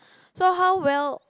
so how well